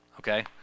okay